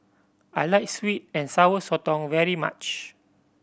I like sweet and Sour Sotong very much